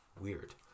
Weird